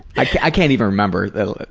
i can't even remember the